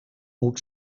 moet